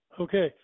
Okay